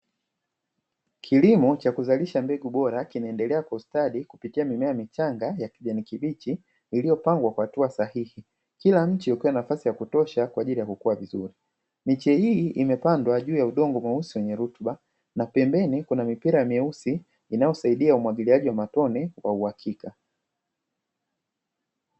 Kilimo cha kuzalisha mbegu bora kinaendelea kwa ustadi kupitia mimea michanga ya kijani kibichi iliyopangwa kwa hatua sahihi, kila mche ukiwa na nafasi ya kutosha kwa ajili ya kukua vizuri. Miche hii imepandwa juu ya udongo mweusi wenye rutuba, na pembeni kukiwa na mipira myeusi inayosaidia umwagiliaji wa matone wa uhakika.